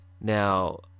Now